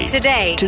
today